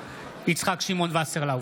יצחק שמעון וסרלאוף,